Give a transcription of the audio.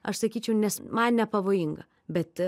aš sakyčiau nes man nepavojinga bet